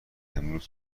امروز